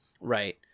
Right